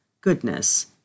goodness